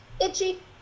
Itchy